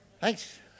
thanks